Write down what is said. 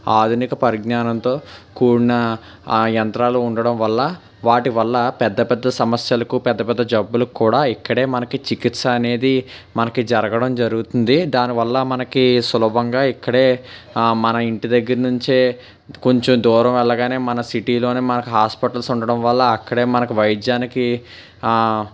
ఆధునిక పరిజ్ఞానంతో కూడిన ఆ యంత్రాలు ఉండడం వల్ల వాటి వల్ల పెద్ద పెద్ద సమస్యలకు పెద్ద పెద్ద జబ్బులు కూడా ఇక్కడే మనకి చికిత్స అనేది మనకి జరగడం జరుగుతుంది దానివల్ల మనకి సులభంగా ఇక్కడే మన ఇంటి దగ్గర నుంచే కొంచెం దూరం వెళ్ళగానే మన సిటీలోనే మనకు హాస్పిటల్స్ ఉండటం వల్ల అక్కడే మనకు వైద్యానికి